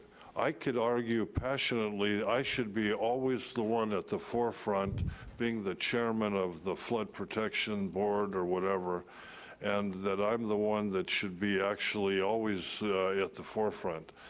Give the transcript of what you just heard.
i could argue passionately that i should be always the one at the forefront being the chairman of the flood protection board or whatever and that i'm the one that should be actually always at the forefront,